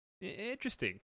Interesting